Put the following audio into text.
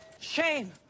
Shame